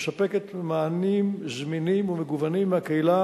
המספקת מענים זמינים ומגוונים מהקהילה